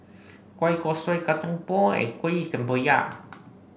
Kueh Kosui Kacang Pool Kuih Kemboja